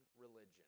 religion